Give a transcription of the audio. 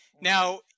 Now